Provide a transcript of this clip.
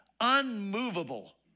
unmovable